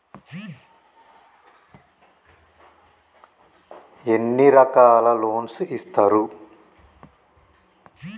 ఎన్ని రకాల లోన్స్ ఇస్తరు?